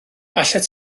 allet